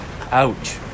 Ouch